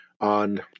on